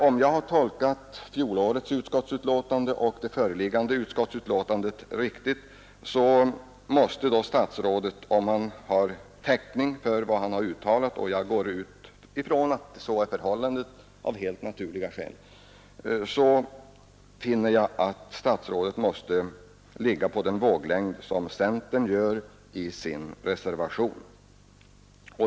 Om jag har tolkat fjolårets utskottsbetänkande och det föreliggande utskottsbetänkandet riktigt måste statsrådet — om han har täckning för vad han har uttalat, och jag utgår från att så är förhållandet — sålunda ligga på samma våglängd som centern gör i sin reservation.